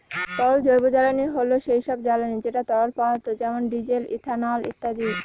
তরল জৈবজ্বালানী হল সেই সব জ্বালানি যেটা তরল পদার্থ যেমন ডিজেল, ইথানল ইত্যাদি